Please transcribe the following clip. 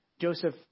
Joseph